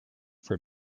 for